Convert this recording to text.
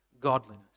godliness